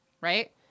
right